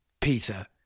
Peter